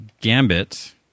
Gambit